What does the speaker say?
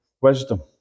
wisdom